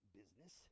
business